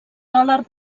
dòlar